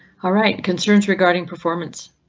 alright concerns regarding performance.